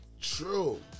True